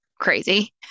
crazy